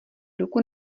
ruku